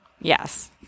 Yes